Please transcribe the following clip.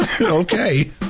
Okay